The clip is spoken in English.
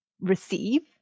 Receive